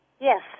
Yes